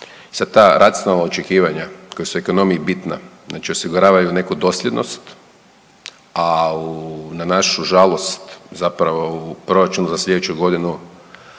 sad ta racionalna očekivanja koja su u ekonomiji bitna, znači osiguravaju neku dosljednost, a u na našu žalost zapravo u proračunu za slijedeću godinu